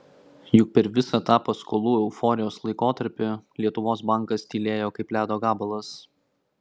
juk per visą tą paskolų euforijos laikotarpį lietuvos bankas tylėjo kaip ledo gabalas